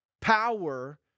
Power